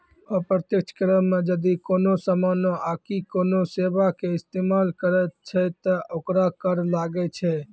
अप्रत्यक्ष करो मे जदि कोनो समानो आकि कोनो सेबा के इस्तेमाल करै छै त ओकरो कर लागै छै